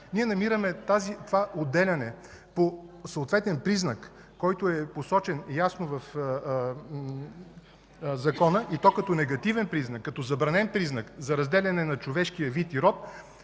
Ние намираме това отделяне по съответен признак, посочен ясно в Закона, като негативен, като забранен признак за разделяне на човешкия вид и род,